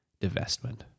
divestment